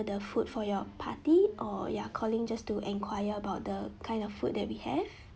the food for your party or you are calling just to enquire about the kind of food that we have